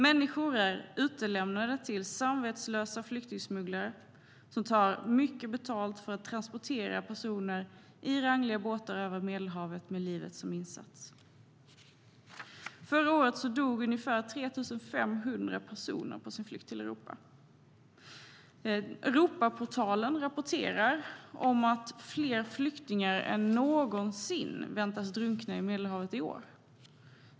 Människor är utlämnade till samvetslösa flyktingsmugglare som tar mycket betalt för att transportera personer i rangliga båtar över Medelhavet med livet som insats. Förra året dog ungefär 3 500 personer under sin flykt till Europa. Europaportalen rapporterar om att fler flyktingar än någonsin väntas drunkna i Medelhavet i år.